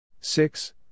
six